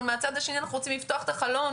אבל מהצד השני אנחנו רוצים לפתוח את החלון